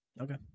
Okay